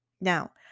Now